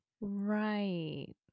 right